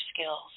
skills